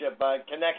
connection